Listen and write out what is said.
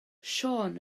siôn